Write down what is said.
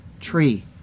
tree